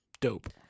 Dope